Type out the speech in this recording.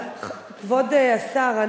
כבוד השר,